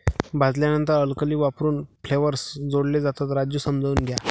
भाजल्यानंतर अल्कली वापरून फ्लेवर्स जोडले जातात, राजू समजून घ्या